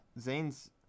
Zane's